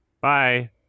bye